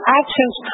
actions